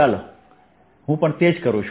તો ચાલો હું પણ તે જ કરું